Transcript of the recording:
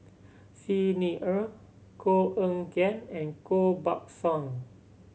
Xi Ni Er Koh Eng Kian and Koh Buck Song